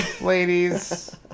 ladies